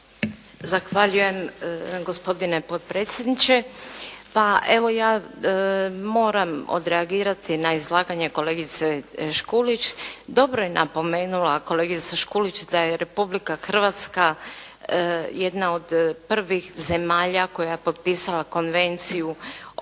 Zahvaljujem gospodine potpredsjedniče. Pa evo ja moram odreagirati na izlaganje kolegice Škulić. Dobro je napomenula kolegica Škulić da je Republika Hrvatska jedna od prvih zemalja koja je potpisala Konvenciju o pravima